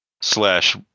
slash